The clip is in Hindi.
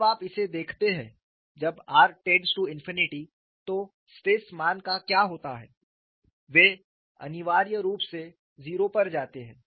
जब आप इसे देखते हैं जब r तो स्ट्रेस मान का क्या होता है वे अनिवार्य रूप से 0 पर जाते हैं